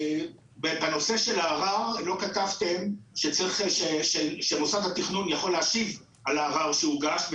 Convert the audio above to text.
בנושא של הערר לא כתבתם שמוסד התכנון יכול להשיב על הערר שהוגש,